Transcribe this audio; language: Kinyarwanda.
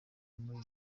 muri